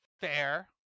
fair